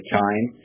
time